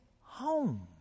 home